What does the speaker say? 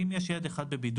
אם יש ילד אחד בבידוד,